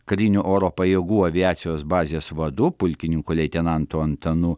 karinių oro pajėgų aviacijos bazės vadu pulkininku leitenantu antanu